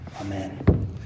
Amen